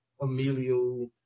Emilio